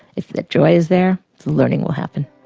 if the joy is there the learning will happen.